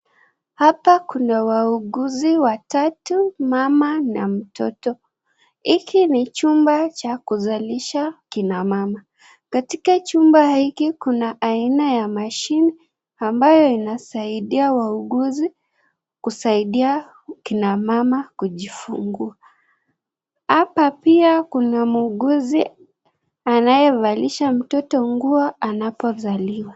Hapa kuna wauguzi watatu, mama na mtoto. Hiki ni chumba cha kuzalisha kina mama. Katika chumba hiki kuna aina ya machine ambayo inasaidia wauguzi kusaidia kina mama kujifungua. Hapa pia kuna muuguzi anayevalisha mtoto nguo anapozaliwa.